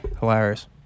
Hilarious